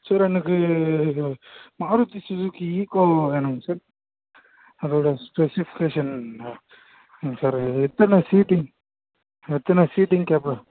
sir எனக்கு Maruti Suzuki Eeco வேணுங்க sir அதோடய ஸ்பெசிஃபிகேஷன் என்ன சார் எத்தனை சீட்டிங் எத்தனை சீட்டிங் கேப்பா